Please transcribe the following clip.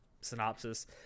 synopsis